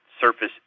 surface